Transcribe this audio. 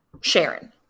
Sharon